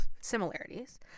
similarities